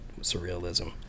surrealism